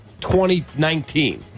2019